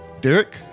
Derek